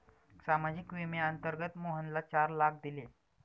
सामाजिक विम्याअंतर्गत मोहनला चार लाख दिले